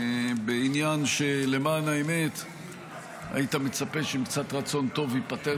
בעניין שלמען האמת היית מצפה שעם קצת רצון טוב ייפתר